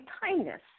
kindness